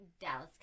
Dallas